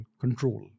control